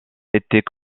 était